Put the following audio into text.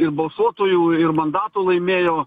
ir balsuotojų ir mandatų laimėjo